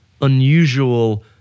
unusual